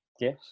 Yes